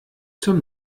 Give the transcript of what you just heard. zum